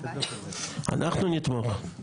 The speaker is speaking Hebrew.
אנחנו נתמוך.